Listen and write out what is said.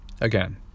again